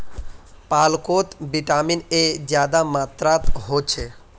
पालकोत vitamin A ज्यादा मात्रात होछे